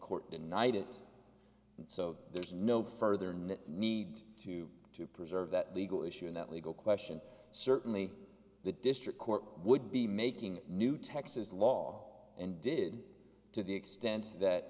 court denied it so there is no further no need to preserve that legal issue in that legal question certainly the district court would be making new texas law and did to the extent that